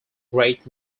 great